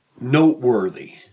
noteworthy